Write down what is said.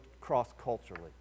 cross-culturally